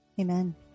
Amen